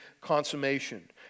consummation